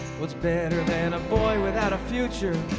what's better than a boy without a future